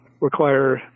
require